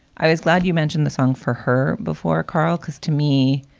i was glad you mentioned the song for her before, carl, because to me,